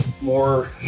more